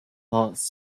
last